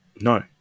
no